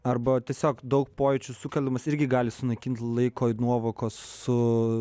arba tiesiog daug pojūčių sukėlimas irgi gali sunaikinti laiko nuovokos su